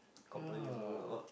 ya